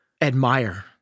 admire